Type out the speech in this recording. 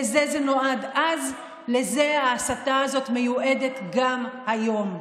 לזה זה נועד אז, לזה ההסתה הזאת מיועדת גם היום.